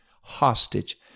hostage